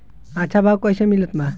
अच्छा भाव कैसे मिलत बा?